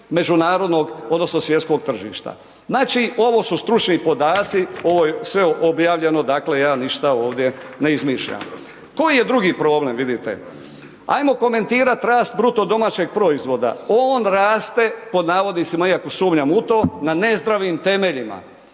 međunarodnog odnosno svjetskog tržišta. Znači, ovo su stručni podaci, ovo je sve objavljeno, dakle ja ništa ovdje ne izmišljam. Koji je drugi problem? Vidite, ajmo komentirat rast bruto domaćeg proizvoda. On raste, pod navodnicima iako sumnjam u to, na nezdravim temeljima,